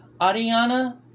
Ariana